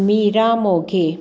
Mira Moghe